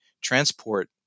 transport